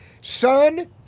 Son